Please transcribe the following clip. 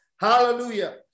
hallelujah